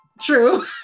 true